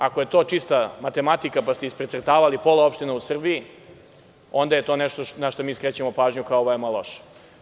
Ako je to čista matematika, pa ste precrtali pola opština u Srbiji, onda je to nešto na šta mi skrećemo pažnju kao veoma loše.